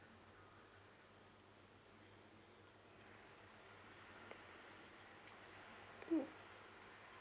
mm